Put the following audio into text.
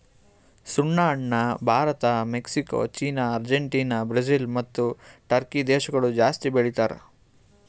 ಸುಣ್ಣ ಹಣ್ಣ Bharat, Mexico, China, Argentina, Brazil ಮತ್ತ ಟರ್ಕಿ ದೇಶಗೊಳ್ ಜಾಸ್ತಿ ಬೆಳಿತಾರ್